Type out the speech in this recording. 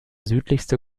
südlichste